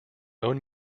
own